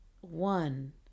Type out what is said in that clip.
one